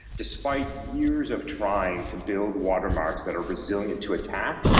despite years of trying to build watermarks that are resilient to attack,